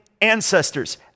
ancestors